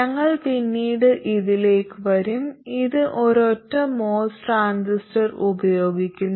ഞങ്ങൾ പിന്നീട് ഇതിലേക്ക് വരും ഇത് ഒരൊറ്റ MOS ട്രാൻസിസ്റ്റർ ഉപയോഗിക്കുന്നു